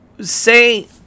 say –